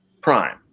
prime